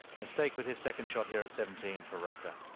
mistake. with his second shot here at seventeen for rocca.